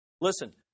Listen